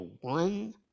one